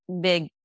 big